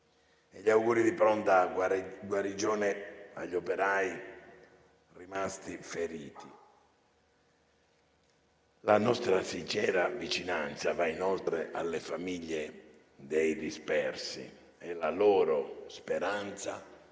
e gli auguri di pronta guarigione agli operai rimasti feriti. La nostra sincera vicinanza va inoltre alle famiglie dei dispersi e la loro speranza è